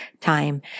time